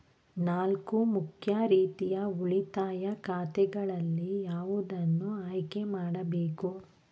ನಾಲ್ಕು ಮುಖ್ಯ ರೀತಿಯ ಉಳಿತಾಯ ಖಾತೆಗಳಲ್ಲಿ ಯಾವುದನ್ನು ಆಯ್ಕೆ ಮಾಡಬೇಕು?